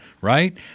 right